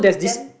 then